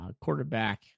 quarterback